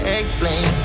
explain